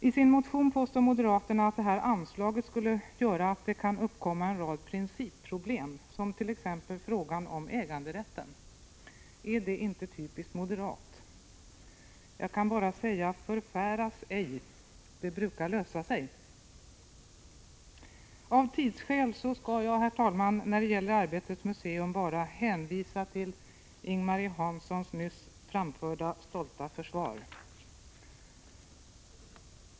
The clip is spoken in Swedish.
I sin motion påstår moderaterna att detta anslag skulle göra att det kan uppkomma en rad principproblem, t.ex. i fråga om äganderätten. Är det inte typiskt moderat? Jag kan bara säga: Förfäras ej, det brukar lösa sig. Av tidsskäl skall jag, herr talman, när det gäller Arbetets museum bara hänvisa till Ing-Marie Hanssons nyss framförda stolta försvar.